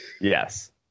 Yes